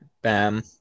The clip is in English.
Bam